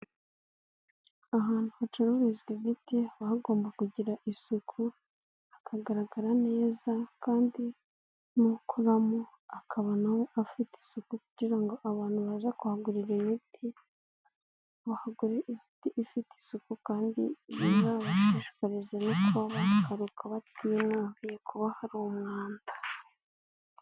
Ahantu hacururizwa imiti haba hagomba kugira isuku, hakagaragara neza kandi n'ukoramo akaba na we afite isuku kugira ngo abantu baza kuhagurira imiti, bahagure imiti ifite isuku kandi izabashishikarize no kuba bagaruka batinubiye kuba hari umwanda.